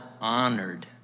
honored